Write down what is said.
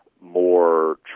More